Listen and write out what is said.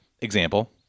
example